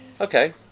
Okay